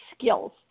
skills